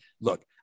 look